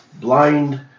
blind